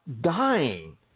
dying